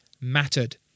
mattered